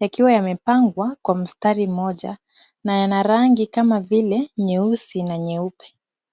yakiwa yamepangwa kwa mstari mmoja na yana rangi kama vile nyeusi na nyeupe.